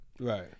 Right